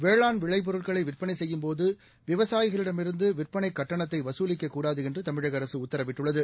வேளாண் விளைப்பொருட்களை விற்பளை செய்யும்போது விவசாயிகளிடமிருந்து விற்பளை கட்டணத்தை வசூலிக்கக்கூடாது என்று தமிழக அரசு உத்தரவிட்டுள்ளது